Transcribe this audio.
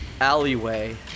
alleyway